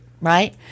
right